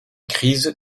crise